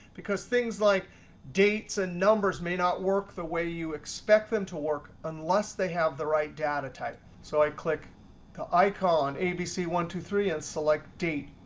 because things like dates and numbers may not work the way you expect them to work unless they have the right data type. so i click the icon a, b, c, one, two, three. and select date,